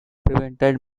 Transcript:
prevented